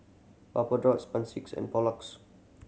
Vapodrops and Pulex